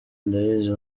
ndabizi